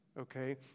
okay